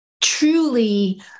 truly